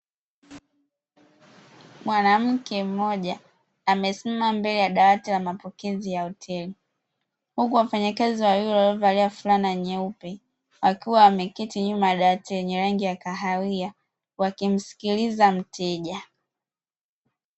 Mwanamke mmoja amesimama mbele ya dawa ya mapokezi ya hoteli, huku wafanyakazi wawili waliovalia fulana nyeupe wakiwa wameketi nyuma ya dawati yenye rangi ya kahawia wakimsikiliza mteja.